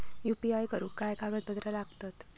UPI करुक काय कागदपत्रा लागतत?